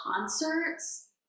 concerts